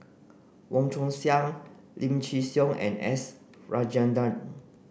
Wong Chong Sai Lim Chin Siong and S Rajendran